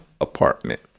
apartment